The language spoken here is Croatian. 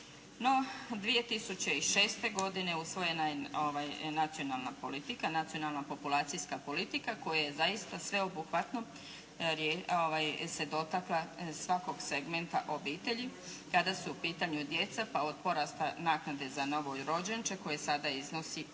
No, 2006. godine usvojena je nacionalna politika, nacionalna populacijska politika koja je zaista sveobuhvatno se dotakla svakog segmenta obitelji kada su u pitanju djeca pa od porasta naknade za novorođenče koje sada iznosi